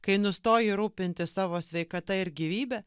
kai nustoji rūpintis savo sveikata ir gyvybe